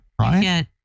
right